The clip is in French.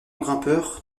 grimpeur